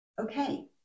okay